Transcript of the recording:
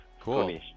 Cool